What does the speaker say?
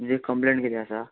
तुजी कंप्लेन किदें आसा